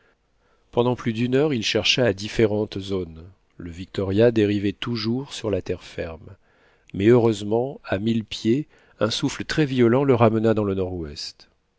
pendant plus d'une heure il chercha à différentes zones le victoria dérivait toujours sur la terre ferme mais heureusement à mille pieds un souffle très violent le ramena dans le nord-ouest